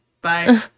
Bye